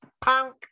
punk